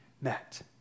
met